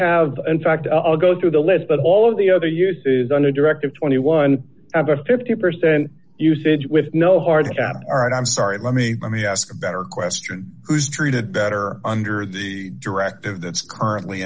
have in fact i'll go through the list but all of the other uses under directive twenty one have a fifty percent usage with no hard cap and i'm sorry let me let me ask a better question who's treated better under the directive that's currently